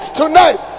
tonight